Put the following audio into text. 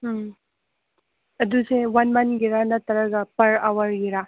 ꯎꯝ ꯑꯗꯨꯁꯨ ꯋꯥꯟ ꯃꯟꯒꯤꯔꯥ ꯅꯠꯇ꯭ꯔꯒ ꯄꯥꯔ ꯑꯋꯥꯔꯒꯤꯔꯥ